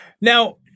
Now